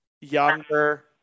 younger